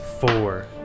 four